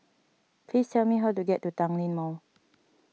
please tell me how to get to Tanglin Mall